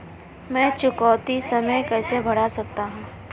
मैं चुकौती समय कैसे बढ़ा सकता हूं?